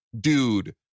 dude